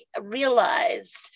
realized